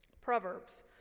Proverbs